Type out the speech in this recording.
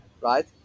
right